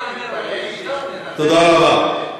תודה רבה.